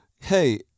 Hey